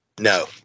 No